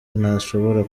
ntashobora